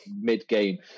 mid-game